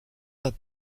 pas